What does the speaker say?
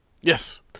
Yes